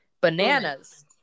bananas